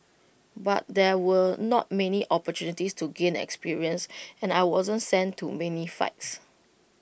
but there were not many opportunities to gain experience and I wasn't sent to many fights